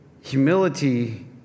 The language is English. humility